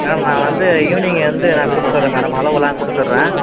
ma'am நான் வந்து evening வந்து நான் கொடுத்துறேன் மேடம் அளவுலாம் கொடுத்துறேன்